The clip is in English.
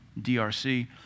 DRC